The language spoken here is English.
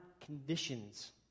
conditions